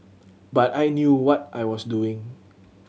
but I knew what I was doing